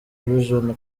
vision